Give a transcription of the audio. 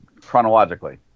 chronologically